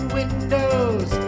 windows